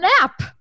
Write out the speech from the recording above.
app